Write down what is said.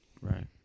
Right